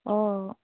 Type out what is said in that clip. অঁ